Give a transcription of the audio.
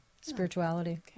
spirituality